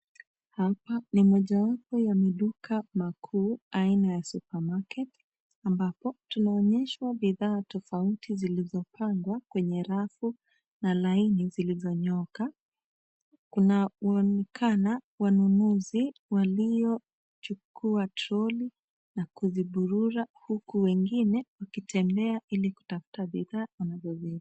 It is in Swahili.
Hapa ni mojawapo ya maduka makuu aina ya supermarket ambapo tunaonyeshwa bidhaa tofauti zilizopangwa kwenye rafu na laini zilizonyooka. Kunaonekana wanunuzi waliochukua troli na kuziburura huku wengine wakitembea ili kutafuta bidhaa wanazozi.